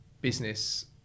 business